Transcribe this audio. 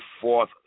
fourth